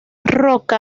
roca